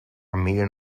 million